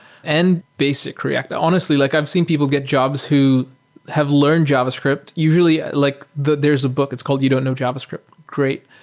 and basic react. honestly, like i've seen people get jobs who have learned javascript. ah like there's a book, it's called you don't know javascript. great,